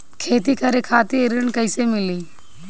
खेती करे खातिर ऋण कइसे मिली?